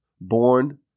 born